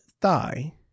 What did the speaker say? thigh